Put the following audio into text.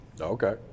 Okay